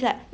you are